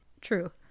True